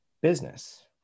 business